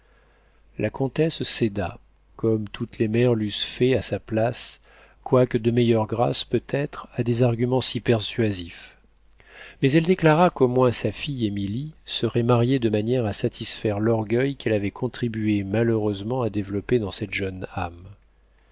la comtesse céda comme toutes les mères l'eussent fait à sa place quoique de meilleure grâce peut-être à des arguments si persuasifs mais elle déclara qu'au moins sa fille émilie serait mariée de manière à satisfaire l'orgueil qu'elle avait contribué malheureusement à développer dans cette jeune âme